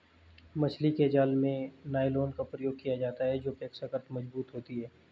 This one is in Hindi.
मछली के जाल में नायलॉन का प्रयोग किया जाता है जो अपेक्षाकृत मजबूत होती है